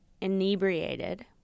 inebriated